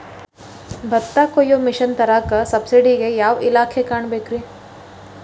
ಭತ್ತ ಕೊಯ್ಯ ಮಿಷನ್ ತರಾಕ ಸಬ್ಸಿಡಿಗೆ ಯಾವ ಇಲಾಖೆ ಕಾಣಬೇಕ್ರೇ?